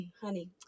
honey